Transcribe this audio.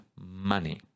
money